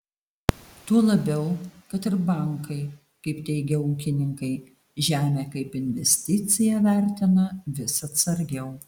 tuo labiau kad ir bankai kaip teigia ūkininkai žemę kaip investiciją vertina vis atsargiau